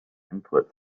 input